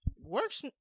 works